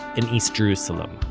in east jerusalem